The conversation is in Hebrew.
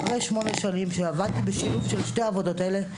אחרי שמונה שנים שעבדתי בשילוב של שתי העבודות האלו,